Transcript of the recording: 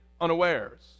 unawares